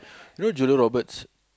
you know Julia-Roberts